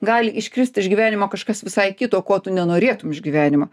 gali iškristi iš gyvenimo kažkas visai kito ko tu nenorėtum iš gyvenimo